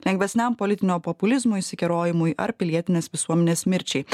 lengvesniam politinio populizmo išsikerojimui ar pilietinės visuomenės mirčiai